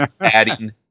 adding